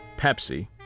Pepsi